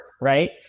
Right